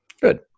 Good